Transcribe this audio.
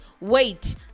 Wait